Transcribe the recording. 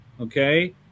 okay